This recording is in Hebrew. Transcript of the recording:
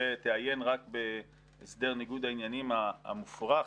תעיין רק בהסדר ניגוד העניינים המופרך,